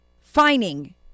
fining